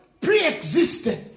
pre-existed